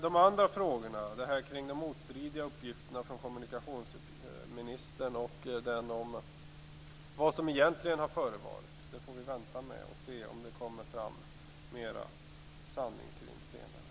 De andra frågorna, nämligen den om de motstridiga uppgifterna från kommunikationsministern och den om vad som egentligen har förevarit, får vi vänta med. Vi får se om det kommer fram mer sanning kring dem senare.